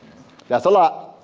that's a lot.